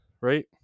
right